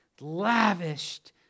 lavished